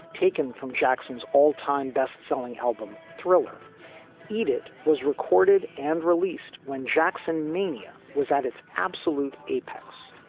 taken from jackson's all time best selling album, thriller eat. it was recorded and released when jackson mania was at its absolute apex.